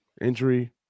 injury